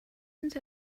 until